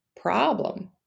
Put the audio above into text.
problem